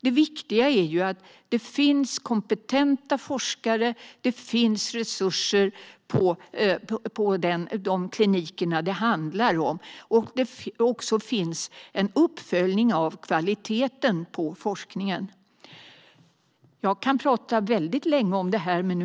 Det viktiga är att det finns kompetenta forskare och resurser på de kliniker som det handlar om. Det görs också en uppföljning av kvaliteten på forskningen.